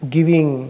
Giving